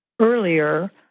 earlier